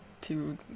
to-